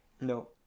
no